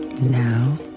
Now